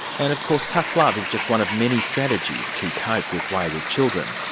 and of course tough love is just one of many strategies to cope with wayward children.